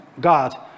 God